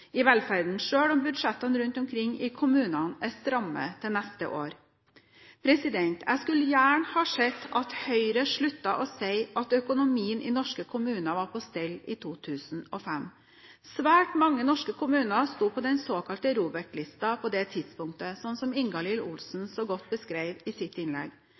om budsjettene rundt omkring i kommunene er stramme til neste år. Jeg skulle gjerne ha sett at Høyre sluttet å si at økonomien i norske kommuner var på stell i 2005. Svært mange norske kommuner sto på den såkalte ROBEK-listen på det tidspunktet, som Ingalill Olsen så godt beskrev i sitt innlegg.